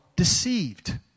deceived